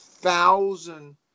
thousand